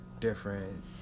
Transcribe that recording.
different